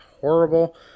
horrible